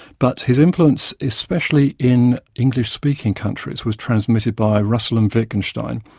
but his influence especially in english-speaking countries was transmitted by russell and wittgenstein,